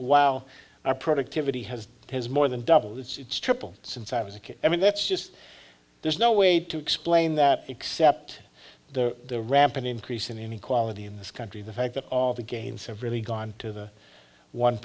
wow our productivity has has more than doubled it's tripled since i was a kid i mean that's just there's no way to explain that except the ramp an increase in inequality in this country the fact that all the gains have really gone to the one